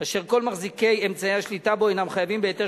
אשר כל מחזיקי אמצעי השליטה בו אינם חייבים בהיתר